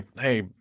hey